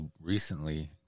recently